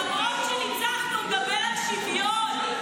למרות שניצחנו, הוא מדבר על שוויון,